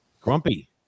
Grumpy